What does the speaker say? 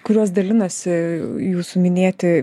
kuriuos dalinosi jūsų minėti